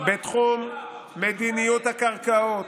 בתחום מדיניות הקרקעות,